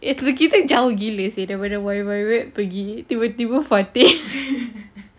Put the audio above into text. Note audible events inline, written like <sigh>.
eh kena gila jauh gila seh daripada <noise> pergi tiba-tiba fatin <laughs>